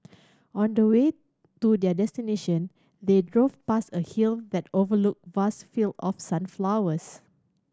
on the way to their destination they drove past a hill that overlooked vast field of sunflowers